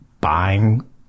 buying